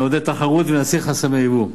נעודד תחרות ונסיר חסמי יבוא.